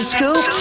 Scoop